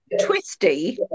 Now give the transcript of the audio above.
twisty